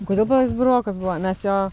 kodėl buvo jis burokas buvo nes jo